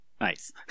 Nice